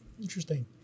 Interesting